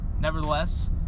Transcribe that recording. Nevertheless